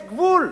יש גבול.